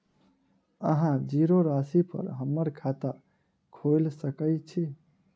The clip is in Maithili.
अहाँ जीरो राशि पर हम्मर खाता खोइल सकै छी?